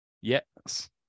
Yes